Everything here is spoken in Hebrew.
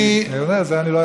את זה אני לא יכול.